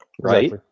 Right